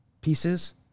pieces